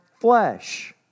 flesh